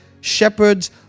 shepherds